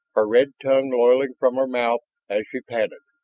her red tongue lolling from her mouth as she panted.